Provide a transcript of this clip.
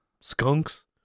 skunks